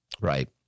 Right